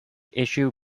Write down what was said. issue